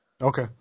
Okay